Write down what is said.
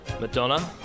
Madonna